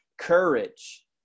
courage